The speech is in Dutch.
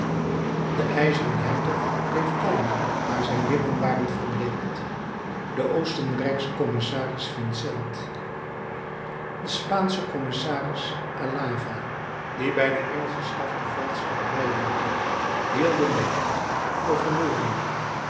de ijzeren hertog bleef kalm maar zijn lippen waren verbleekt de oostenrijksche commissaris vincent de spaansche commissaris alava die bij den engelschen staf den veldslag bijwoonden hielden den hertog voor verloren